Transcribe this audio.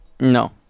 No